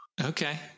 Okay